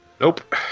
nope